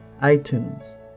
iTunes